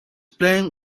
plank